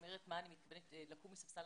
מה אני מתכוונת כשאני אומרת לקום מספסל